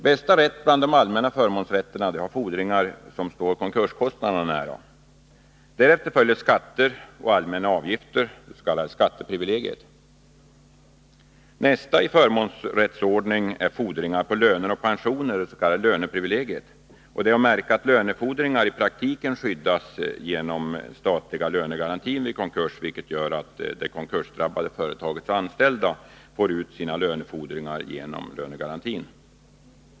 Bästa rätt bland de allmänna förmånsrätterna har fordringar som står konkurskostnaderna nära. Därefter följer skatter och allmänna avgifter, det s.k. skatteprivilegiet. Den nästa i förmånsrättsordning i konkurs är fordringar på löner och pensioner, det s.k. löneprivilegiet. Det är att märka att lönefordringar i praktiken skyddas genom den statliga lönegarantin vid konkurs, vilket gör att det konkursdrabbade företagets anställda får ut sina lönefordringar genom lönegarantin.